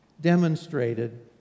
demonstrated